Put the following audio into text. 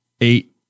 eight